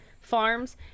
farms